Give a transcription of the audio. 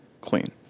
clean